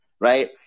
right